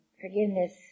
forgiveness